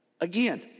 Again